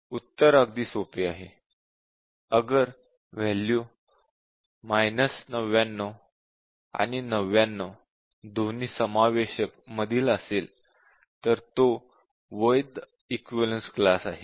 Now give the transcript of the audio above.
उत्तर अगदी सोपे आहे अगर वॅल्यू 99 आणि 99 दोन्ही समावेशक मधील असेल तर तो वैध इक्विवलेन्स क्लास आहे